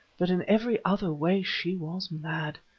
but in every other way she was mad.